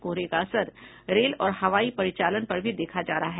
कोहरे का असर रेल और हवाई परिचालन पर भी देखा जा रहा है